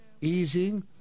easing